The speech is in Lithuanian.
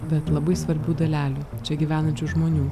bet labai svarbių dalelių čia gyvenančių žmonių